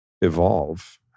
evolve